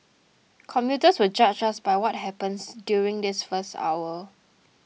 commuters will judge us by what happens during this first hour